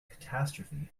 catastrophe